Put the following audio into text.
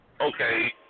okay